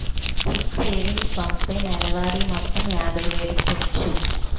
SIP savings పంపే నెలవారీ మొత్తం యాభై వేలుకి పెంచుము